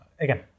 again